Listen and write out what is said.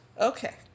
Okay